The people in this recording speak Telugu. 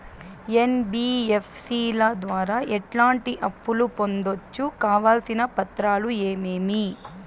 ఎన్.బి.ఎఫ్.సి ల ద్వారా ఎట్లాంటి అప్పులు పొందొచ్చు? కావాల్సిన పత్రాలు ఏమేమి?